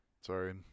Sorry